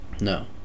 No